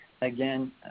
again